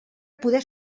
poder